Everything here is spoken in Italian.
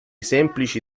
semplici